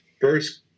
first